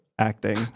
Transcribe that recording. Acting